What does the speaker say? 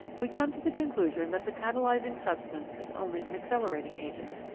we come to the conclusion that the catalysing substance is only an accelerating agent,